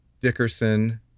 Dickerson